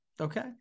Okay